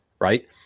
right